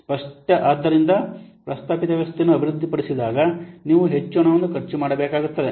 ಸ್ಪಷ್ಟ ಆದ್ದರಿಂದ ಪ್ರಸ್ತಾಪಿತ ವ್ಯವಸ್ಥೆಯನ್ನು ಅಭಿವೃದ್ಧಿಪಡಿಸಿದಾಗ ನೀವು ಹೆಚ್ಚು ಹಣವನ್ನು ಖರ್ಚು ಮಾಡಬೇಕಾಗುತ್ತದೆ